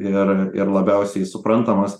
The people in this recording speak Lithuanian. ir ir labiausiai suprantamas